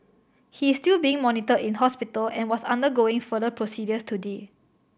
he is still being monitored in hospital and was undergoing further procedures today